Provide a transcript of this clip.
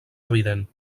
evident